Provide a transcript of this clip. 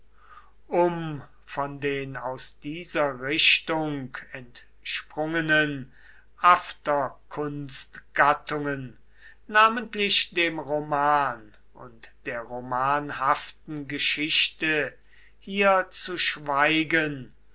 um von den aus dieser richtung entsprungenen afterkunstgattungen namentlich dem roman und der romanhaften geschichte hier zu schweigen